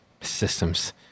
Systems